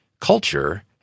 culture